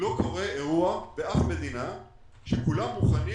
לא קורה אירוע באף מדינה שכולם מוכנים